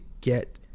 get